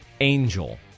angel